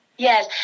Yes